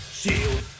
shield